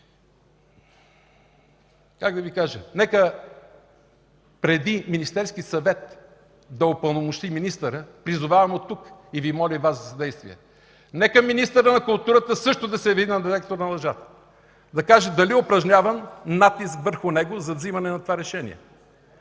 точка. Нека преди Министерският съвет да упълномощи министъра, призовавам оттук и моля и Вас за съдействие – нека министърът на културата също да се яви на детектора на лъжата и да каже дали е упражняван натиск върху него за вземането на това решение.